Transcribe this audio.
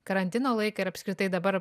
karantino laiką ir apskritai dabar